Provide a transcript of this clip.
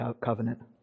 Covenant